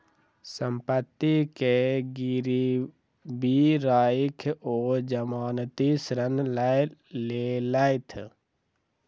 सम्पत्ति के गिरवी राइख ओ जमानती ऋण लय लेलैथ